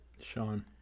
Sean